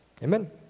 Amen